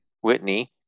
Whitney